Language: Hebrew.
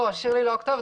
לא, שירלי היא לא הכתובת.